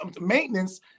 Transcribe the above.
maintenance